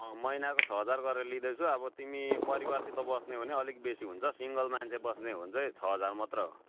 महिनाको छ हजार गरेर लिँदैछु अब तिमी परिवारसित बस्ने हो भने अलिक बेसी हुन्छ सिङ्गल मान्छे बस्ने हो भने चाहिँ छ हजार मात्र हो